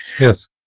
Yes